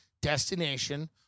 destination